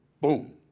Boom